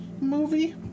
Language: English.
movie